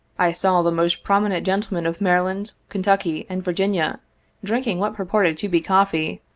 i saw the most prominent gentlemen of maryland, kentucky and virginia drinking what purported to be coffee,